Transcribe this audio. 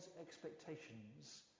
expectations